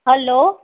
hello